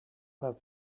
have